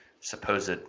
supposed